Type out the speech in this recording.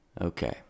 Okay